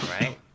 right